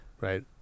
right